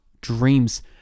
Dreams